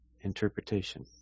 interpretation